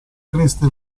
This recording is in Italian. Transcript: creste